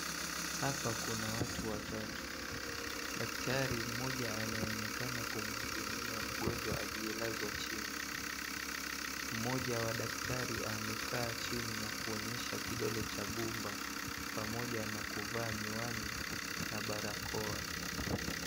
Hapa kuna watu watatu, daktari mmoja anayeonekana kumhudumia mgonjwa aliyelazwa chini, mmoja wa daktari amekaa chini na kuonyesha kidole cha gumba pamoja na kuvaa miwani na barakoa.